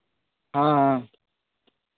हाँ हाँ